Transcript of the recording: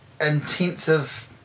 intensive